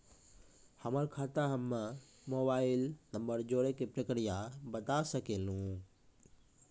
हमर खाता हम्मे मोबाइल नंबर जोड़े के प्रक्रिया बता सकें लू?